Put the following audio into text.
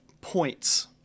points